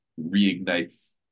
reignites